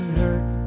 hurt